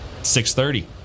6.30